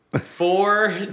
Four